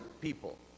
people